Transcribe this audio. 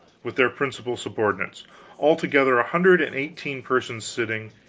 with their principal subordinates altogether a hundred and eighteen persons sitting,